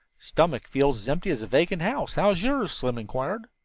stomach feels as empty as a vacant house how's yours? slim inquired.